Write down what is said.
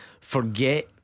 Forget